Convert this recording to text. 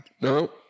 No